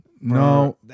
no